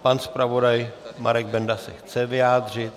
Pan zpravodaj Marek Benda se chce vyjádřit.